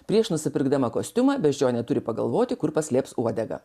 prieš nusipirkdama kostiumą beždžionė turi pagalvoti kur paslėps uodegą